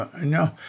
No